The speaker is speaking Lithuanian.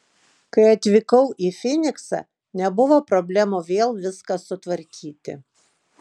kai atvykau į fyniksą nebuvo problemų vėl viską sutvarkyti